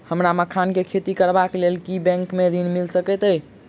हमरा मखान केँ खेती करबाक केँ लेल की बैंक मै ऋण मिल सकैत अई?